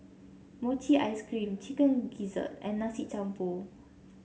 Mochi Ice Cream Chicken Gizzard and Nasi Campur